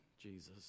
Jesus